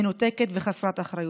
מנותקת וחסרת אחריות.